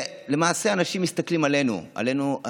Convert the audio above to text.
אנשים מסתכלים עלינו, עלינו,